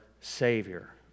Savior